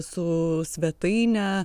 su svetaine